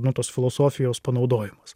nu tos filosofijos panaudojimas